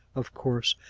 of course,